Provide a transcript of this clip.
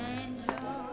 angel